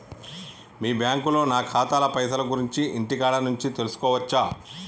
మీ బ్యాంకులో నా ఖాతాల పైసల గురించి ఇంటికాడ నుంచే తెలుసుకోవచ్చా?